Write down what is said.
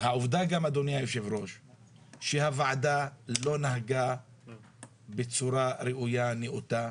העובדה היא שהוועדה לא נהגה בצורה ראויה ונאותה.